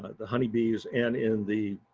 the honeybees. and in the